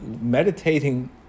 meditating